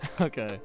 Okay